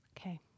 okay